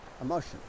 emotion